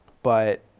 but.